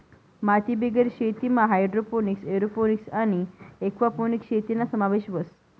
मातीबिगेर शेतीमा hydroponics, aeroponics आणि एक्वापोनिक्स शेतीना समावेश व्हस